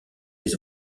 des